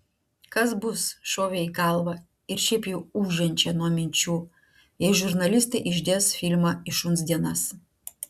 kas bus šovė į galvą ir šiaip jau ūžiančią nuo minčių jei žurnalistai išdės filmą į šuns dienas